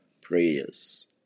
prayers